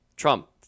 Trump